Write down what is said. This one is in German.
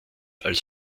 als